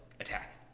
attack